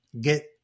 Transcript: get